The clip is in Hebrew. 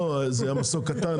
לא, זה היה מסוק קטן.